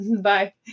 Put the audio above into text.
Bye